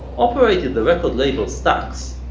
operated the record label stax,